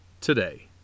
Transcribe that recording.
today